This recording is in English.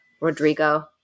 Rodrigo